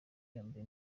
yombi